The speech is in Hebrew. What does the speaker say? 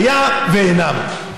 היו ואינם,